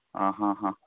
ആ ഹാ ഹാ